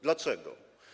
Dlaczego?